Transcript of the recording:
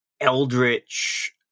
eldritch